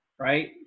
right